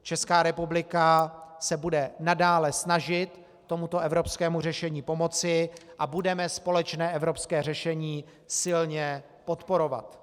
Česká republika se bude nadále snažit tomuto evropskému řešení pomoci a budeme společné evropské řešení silně podporovat.